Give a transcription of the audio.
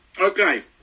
Okay